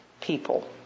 people